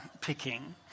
picking